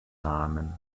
namen